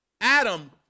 Adam